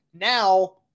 now